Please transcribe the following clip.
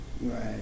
Right